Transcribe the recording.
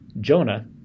Jonah